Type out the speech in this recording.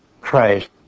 Christ